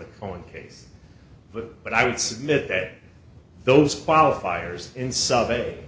the phone case but but i would submit that those qualifiers in subway